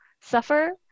suffer